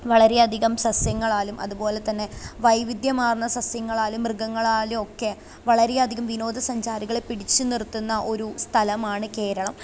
വളരെയധികം സസ്യങ്ങളാലും അതുപോലെ തന്നെ വൈവിധ്യമാർന്ന സസ്യങ്ങളാലും മൃഗങ്ങളാലുമൊക്കെ വളരെയധികം വിനോദസഞ്ചാരികളെ പിടിച്ചുനിർത്തുന്ന ഒരു സ്ഥലമാണ് കേരളം